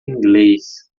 inglês